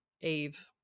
Eve